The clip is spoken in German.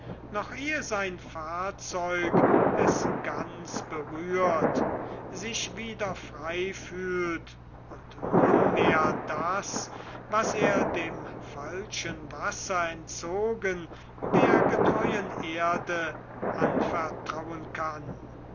noch ehe sein fahrzeug es ganz berührt sich wieder frei fühlt und nunmehr das was er dem falschen wasser entzogen der getreuen erde anvertrauen kann